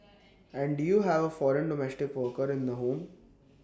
and do you have foreign domestic worker in the home